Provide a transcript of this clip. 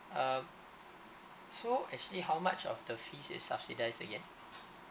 um so actually how much of the fees is subsidized again